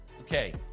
Okay